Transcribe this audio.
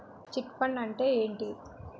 Chit fund అంటే ఏంటి?